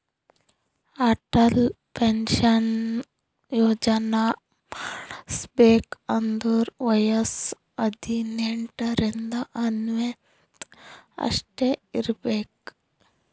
Atal pension Yojana ಮಾಡುಸ್ಬೇಕ್ ಅಂದುರ್ ವಯಸ್ಸ ಹದಿನೆಂಟ ರಿಂದ ನಲ್ವತ್ ಅಷ್ಟೇ ಇರ್ಬೇಕ್